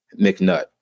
McNutt